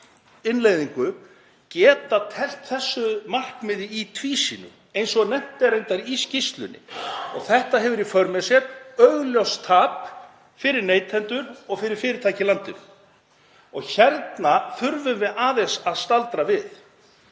innleiðingu geta teflt þessu markmiði í tvísýnu, eins og reyndar er nefnt í skýrslunni, og þetta hefur í för með sér augljóst tap fyrir neytendur og fyrir fyrirtæki í landinu. Hérna þurfum við aðeins að staldra við